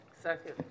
Second